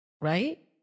right